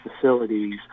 facilities